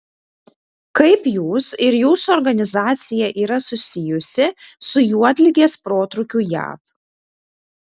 kaip jūs ir jūsų organizacija yra susijusi su juodligės protrūkiu jav